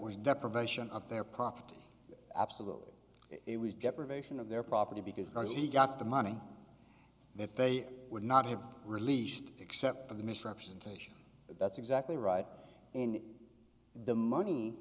was deprivation of their property absolutely it was deprivation of their property because you got the money that they would not have released except for the misrepresentation that's exactly right and the money